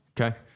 Okay